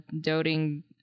doting